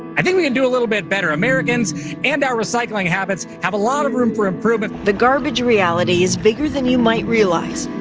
i think we can do a little bit better. americans and our recycling habits have a lot of room for improvement the garbage reality is bigger than you might realize